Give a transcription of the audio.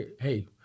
hey